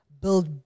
Build